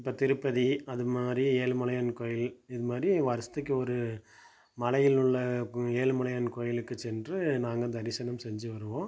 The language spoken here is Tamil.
இப்போ திருப்பதி அது மாதிரி ஏழுமலையான் கோயில் இது மாதிரி வருஷத்துக்கு ஒரு மலையில் உள்ள ஏழுமலையான் கோயிலுக்கு சென்று நாங்கள் தரிசனம் செஞ்சு வருவோம்